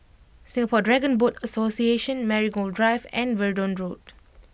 Singapore Dragon Boat Association Marigold Drive and Verdun Road